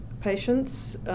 patients